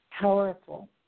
powerful